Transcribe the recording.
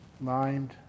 Mind